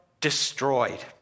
destroyed